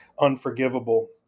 unforgivable